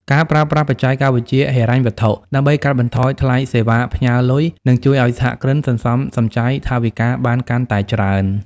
ការប្រើប្រាស់ "បច្ចេកវិទ្យាហិរញ្ញវត្ថុ" ដើម្បីកាត់បន្ថយថ្លៃសេវាផ្ញើលុយ នឹងជួយឱ្យសហគ្រិនសន្សំសំចៃថវិកាបានកាន់តែច្រើន។